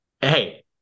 hey